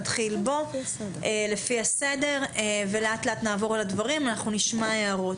נלך לפי הסדר ולאט לאט נעבור על הדברים ונשמע הערות.